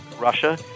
Russia